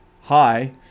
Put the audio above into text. hi